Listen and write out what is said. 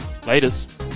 Laters